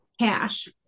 cash